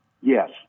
Yes